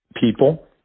people